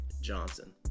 Johnson